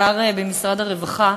בעיקר במשרד הרווחה,